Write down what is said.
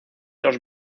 los